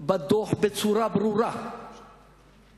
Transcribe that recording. בדוח בצורה ברורה שמשנת